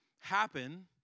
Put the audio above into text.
happen